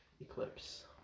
Eclipse